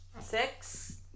Six